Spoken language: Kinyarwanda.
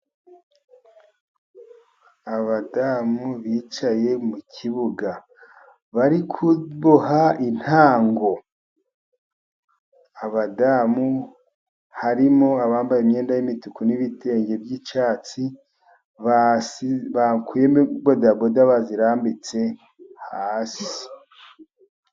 Abadamu bicaye mu kibuga bari kuboha intango, abadamu harimo abambaye imyenda y'imituku n'ibitenge by'icyatsi, bakuyemo bodaboda bazirarambitse hasi.